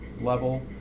level